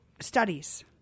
studies